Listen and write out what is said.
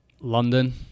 London